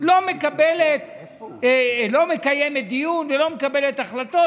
לא מקיימת דיון ולא מקבלת החלטות.